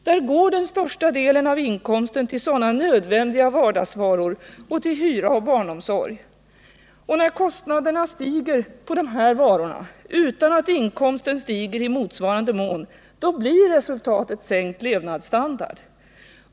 Där går den största delen av inkomsten till sådana nödvändiga vardagsvaror och till hyra och barnomsorg. När kostnaderna stiger på de här varorna utan att inkomsten stiger i motsvarande mån, blir resultatet sänkt levnadsstandard.